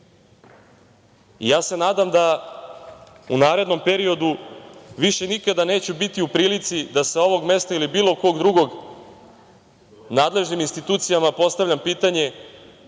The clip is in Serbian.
se nadam da u narednom periodu više nikada neću biti u prilici da sa ovog mesta ili bilo kog drugog nadležnim institucijama postavljam pitanje